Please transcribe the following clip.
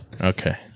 Okay